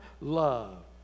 love